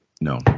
No